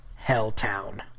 Helltown